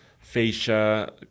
fascia